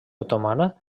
otomana